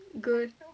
good